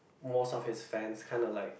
most of his fans kind of like